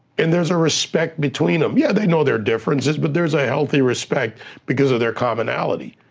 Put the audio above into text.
and there's a respect between em. yeah, they know their differences, but there's a healthy respect because of their commonality,